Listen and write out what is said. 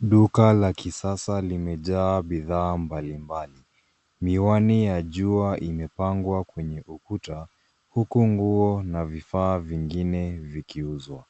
Duka la kisisa limejaa bidhaa mbaliambali. Miwani ya jua imepangwa kwenye ukuta, huku nguo na vifaa vingine vikiuzwa.